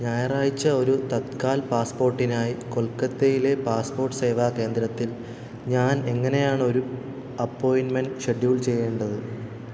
ഞായറാഴ്ച്ച ഒരു തത്കാൽ പാസ്പ്പോട്ടിനായി കൊൽക്കത്തയിലെ പാസ്പ്പോട്ട് സേവാ കേന്ദ്രത്തിൽ ഞാൻ എങ്ങനെയാണ് ഒരു അപ്പോയ്ൻമെൻറ്റ് ഷെഡ്യൂൾ ചെയ്യേണ്ടത്